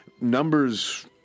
Numbers